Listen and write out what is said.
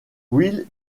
will